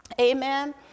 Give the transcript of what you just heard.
Amen